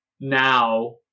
now